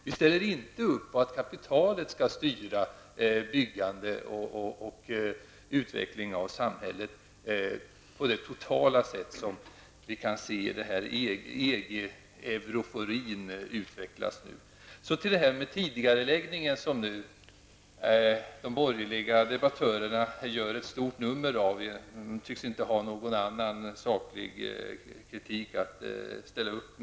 Vi ställer inte upp på att kapitalet skall styra byggandet och utvecklingen i samhället på det totala sätt som vi nu kan se utvecklas i den här EG-euforin. Så till frågan om tidigareläggningen, som de borgerliga debattörerna gör ett stort nummer av -- de tycks inte ha någon annan kritik att komma med.